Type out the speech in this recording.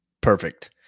perfect